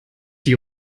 die